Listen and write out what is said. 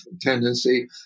tendency